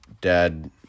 dad